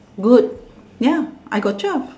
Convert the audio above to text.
good ya I got twelve